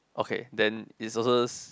okay then it's also